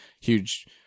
huge